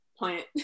plant